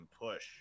push